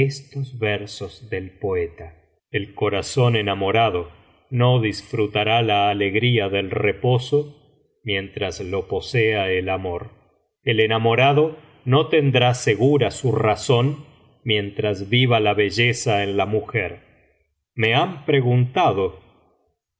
estos versos del poeta el corazón enamorado no disfrutará la alegría del reposo mientras lo posea el amor el enamorado no tendrá segura su razón mientras viva la belleza en la mujer me han preguntado qué